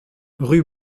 rue